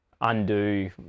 undo